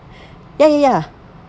ya ya ya